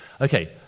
Okay